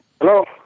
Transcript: Hello